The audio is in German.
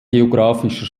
geographischer